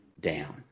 down